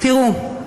תראו,